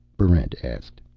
barrent asked.